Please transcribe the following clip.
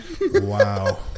Wow